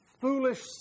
foolish